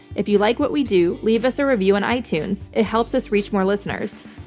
if you like what we do, leave us a review on itunes. it helps us reach more listeners.